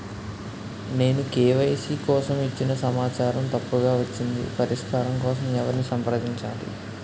నేను కే.వై.సీ కోసం ఇచ్చిన సమాచారం తప్పుగా వచ్చింది పరిష్కారం కోసం ఎవరిని సంప్రదించాలి?